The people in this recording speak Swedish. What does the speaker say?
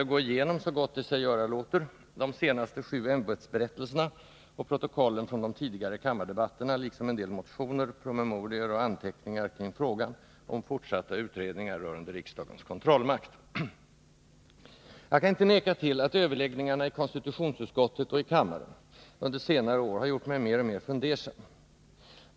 att gå igenom, så gott det sig göra låter, de senaste sju ämbetsberättelserna och protokollen från de tidigare kammardebatterna liksom en del motioner, promemorior och anteckningar kring frågan om fortsatt utredning rörande riksdagens kontrollmakt. Jag kan inte neka till att överläggningarna i konstitutionsutskottet och i kammaren under senare år gjort mig mer och mer fundersam.